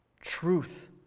truth